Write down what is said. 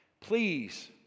Please